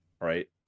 right